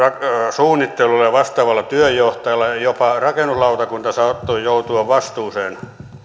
suunnittelevalla ja vastaavalla työnjohtajalla ja jopa rakennuslautakunta saattoi joutua vastuuseen